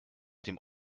dem